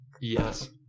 Yes